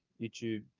YouTube